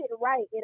right